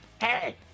hey